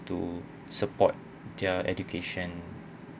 to support their education